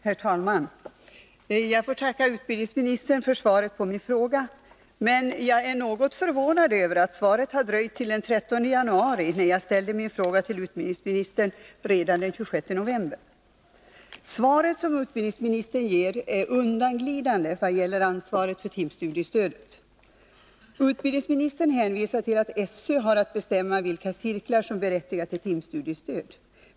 Herr talman! Jag får tacka utbildningsministern för svaret på min fråga. Men jag är något förvånad över att svaret har dröjt till den 13 januari när jag ställde min fråga till utbildningsministern redan den 26 november. Svaret som utbildningsministern ger är undanglidande i vad gäller ansvaret för timstudiestödet. Utbildningsministern hänvisar till att SÖ har att bestämma vilka cirklar som berättigar till timstudiestöd.